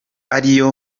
ariyo